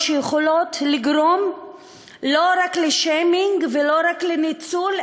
שיכולות לגרום לא רק לשיימינג ולא רק לניצול,